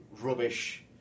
rubbish